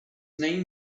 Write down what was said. name